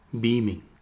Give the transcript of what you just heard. beaming